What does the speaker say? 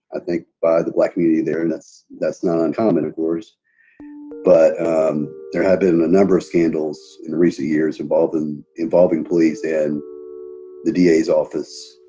i think the black community there, that's that's not uncommon, of course but there have been a number of scandals in recent years involving involving police in the d a s office.